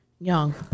Young